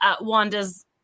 Wanda's